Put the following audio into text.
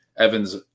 Evans